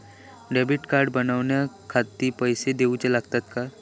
Debit card बनवण्याखाती पैसे दिऊचे लागतात काय?